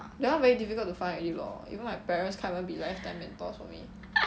that [one] very difficult to find already lor even my parents can't even be lifetime mentors for me